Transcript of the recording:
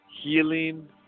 healing